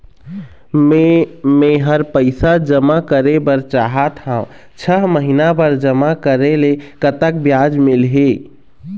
मे मेहर पैसा जमा करें बर चाहत हाव, छह महिना बर जमा करे ले कतक ब्याज मिलही?